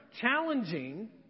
challenging